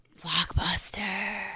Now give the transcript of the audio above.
Blockbuster